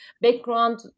background